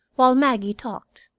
while maggie talked.